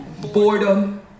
boredom